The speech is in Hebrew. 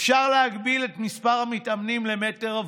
אפשר להגביל את מספר המתאמנים למ"ר,